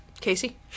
Casey